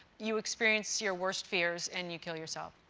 you experience your worst fears and you kill yourself.